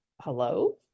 hello